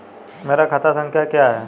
मेरा खाता संख्या क्या है?